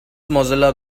mozilla